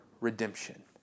redemption